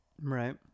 Right